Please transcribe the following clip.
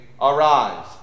Arise